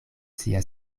sia